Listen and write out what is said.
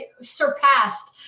surpassed